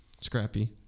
Scrappy